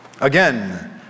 Again